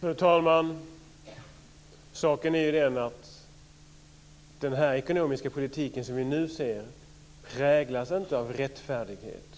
Fru talman! Den ekonomiska politik vi nu ser präglas inte av rättfärdighet.